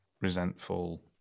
resentful